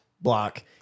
block